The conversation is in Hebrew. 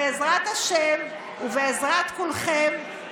בעזרת השם ובעזרת כולכם,